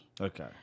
Okay